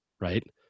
Right